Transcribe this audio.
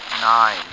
Nine